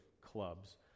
clubs